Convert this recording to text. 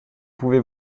pouvez